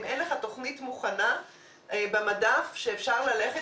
אם אין לך תוכנית מוכנה במדף שאפשר ללכת